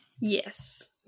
yes